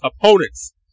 opponents